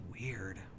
weird